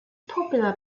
popular